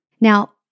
Now